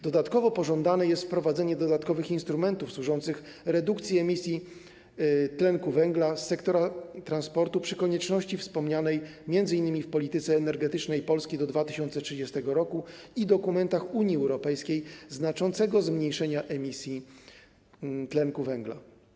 Dodatkowo pożądane jest wprowadzenie dodatkowych instrumentów służących redukcji emisji tlenku węgla z sektora transportu przy konieczności wspomnianej m.in. w „Polityce energetycznej Polski do 2030 r.” i dokumentach Unii Europejskiej znaczącego zmniejszenia emisji tlenku węgla.